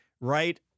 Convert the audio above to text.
right